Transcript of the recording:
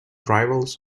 rivals